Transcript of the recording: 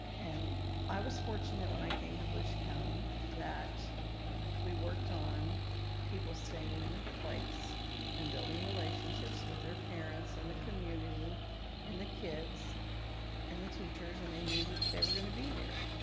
and i was fortunate when i came to volusia county that we worked on people staying in ah place and building relationships with their parents and the community and the kids and the teachers and they knew that they were gonna be there.